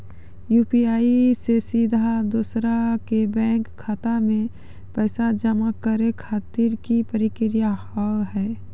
UPI से सीधा दोसर के बैंक खाता मे पैसा जमा करे खातिर की प्रक्रिया हाव हाय?